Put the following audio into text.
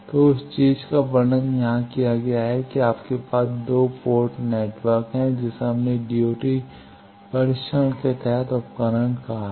तो उस चीज़ का वर्णन यहाँ किया गया है कि आपके पास 2 पोर्ट नेटवर्क है जिसे हमने DUT परीक्षण के तहत उपकरण कहा है